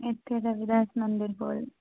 इत्थे चाहिदा इस मंदर कोल